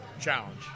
Challenge